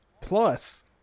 Plus